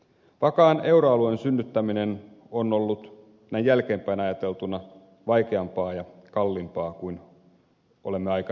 vakaan euroalueen synnyttäminen on ollut näin jälkeenpäin ajateltuna vaikeampaa ja kalliimpaa kuin olemme aikanaan ajatelleet